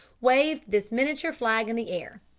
waved this miniature flag in the air.